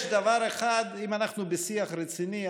אם אנחנו בשיח רציני,